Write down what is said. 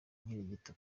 inkirigito